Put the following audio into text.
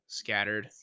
scattered